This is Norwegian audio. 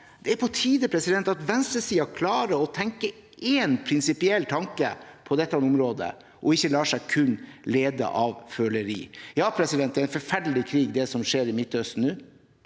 Det er på tide at venstresiden klarer å tenke én prinsipiell tanke på dette området og ikke kun lar seg lede av føleri. Det er en forferdelig krig som skjer i Midtøsten nå.